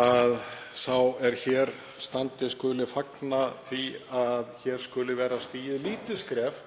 að sá er hér stendur skuli fagna því að stigið verði lítið skref,